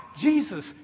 Jesus